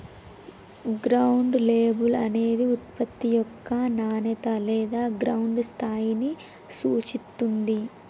ground label అనేది ఉత్పత్తి యొక్క నాణేత లేదా గ్రౌండ్ స్థాయిని సూచిత్తుంది